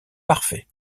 parfait